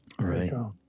right